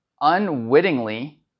unwittingly